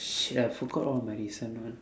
shit I forgot all my recent one